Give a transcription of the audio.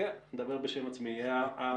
דבר בשם עצמך.